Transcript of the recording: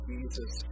Jesus